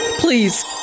Please